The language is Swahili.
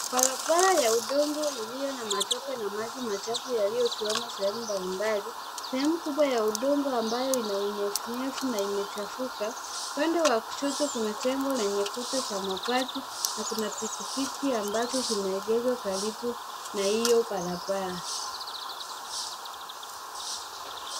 Barabara ya udongo iliyo na udongo na maji machafu yaliyosimama sehemu mablimbali. sehemu kubwa ya udongo ambayo ina unyevunyevu na imechafuka. Upande wa kushoto kuna jengo lenye kuta za mabati na kuna pikipiki ambazo zimeegezwa karibu na iyo barabara.